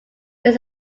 get